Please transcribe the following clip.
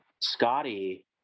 Scotty